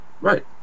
Right